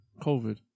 COVID